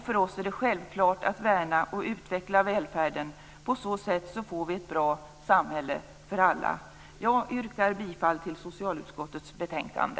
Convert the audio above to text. För oss är det självklart att värna och utveckla välfärden. På så sätt får vi ett bra samhälle för alla. Jag yrkar bifall till hemställan i socialutskottets betänkande.